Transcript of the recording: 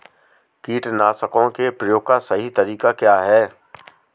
कीटनाशकों के प्रयोग का सही तरीका क्या है?